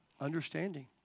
understanding